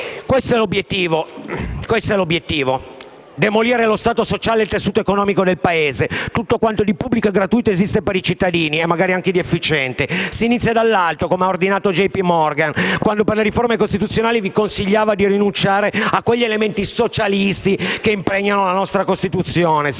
Questo è l'obiettivo: demolire lo Stato sociale e il tessuto economico del Paese, tutto quanto di pubblico e gratuito esiste per i cittadini (e magari anche di efficiente). Si inizia dall'alto, come ha ordinato JP Morgan, quando per le riforme costituzionali vi consigliava di rinunciare a quegli elementi socialisti che impregnano la nostra Costituzione,